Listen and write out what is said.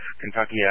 Kentucky